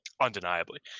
Undeniably